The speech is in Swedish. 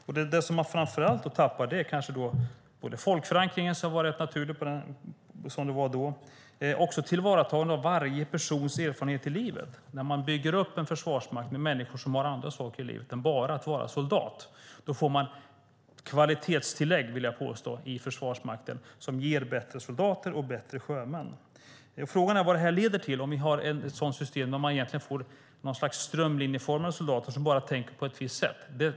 Det som man framför allt tappar är både folkförankringen som var rätt naturlig som det var då och tillvaratagandet av varje persons erfarenheter i livet. När man bygger upp en försvarsmakt med individer som har andra saker i livet än att bara vara soldat får man ett kvalitetstillägg, vill jag påstå, i Försvarsmakten som ger bättre soldater och bättre sjömän. Frågan är vad det leder till när man har ett system som ger något slags strömlinjeformade soldater som bara tänker på ett visst sätt.